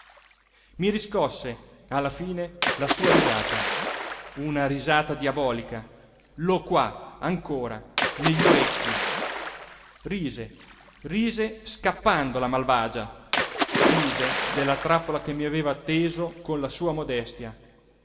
i riscosse alla fine la sua risata una risata diabolica l'ho qua ancora negli orecchi rise rise scappando la malvagia rise della trappola che mi aveva teso con la sua modestia